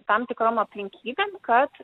tam tikrom aplinkybėm kad